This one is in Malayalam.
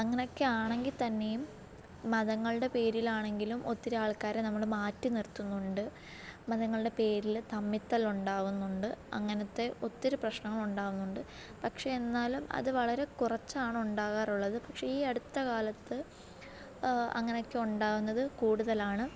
അങ്ങനെയെക്കെയാണെങ്കിൽത്തന്നെയും മതങ്ങളുടെ പേരിലാണെങ്കിലും ഒത്തിരിയാൾക്കാരെ നമ്മൾ മാറ്റിനിറുത്തുന്നുണ്ട് മതങ്ങളുടെ പേരിൽ തമ്മിൽത്തല്ല് ഉണ്ടാവുന്നുണ്ട് അങ്ങനത്തെ ഒത്തിരി പ്രശ്നങ്ങൾ ഉണ്ടാവുന്നുണ്ട് പക്ഷെ എന്നാലും അത് വളരെ കുറച്ചാണ് ഉണ്ടാകാറുള്ളത് പക്ഷെ ഈയടുത്തകാലത്ത് അങ്ങനെയൊക്കെയുണ്ടാവുന്നത് കൂടുതലാണ്